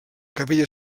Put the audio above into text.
capella